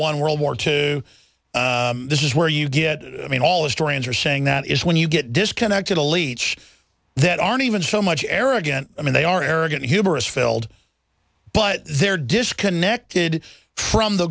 one world war two this is where you get i mean all historians are saying that is when you get disconnected a leech that aren't even so much arrogant i mean they are arrogant hubris filled but they're disconnected from the